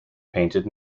painted